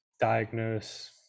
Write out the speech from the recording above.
diagnose